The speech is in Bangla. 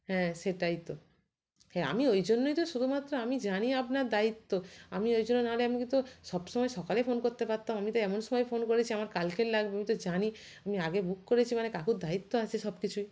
হ্যাঁ সেটাই তো হ্যাঁ আমি ওই জন্যই তো শুধুমাত্র আমি জানি আপনার দায়িত্ব আমি ওই জন্য না হলে আমি কিন্তু সব সময় সকালে ফোন করতে পারতাম আমি তো এমন সময় ফোন করেছি আমার কালকের লাগবে আমি তো জানি আমি আগে বুক করেছি মানে কাকুর দায়িত্ব আছে সব কিছুই